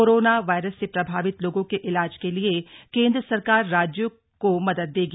corona virus से प्रभावित लोगों के इलाज के लिये केंद्र सरकार राज्यों को मदद देगी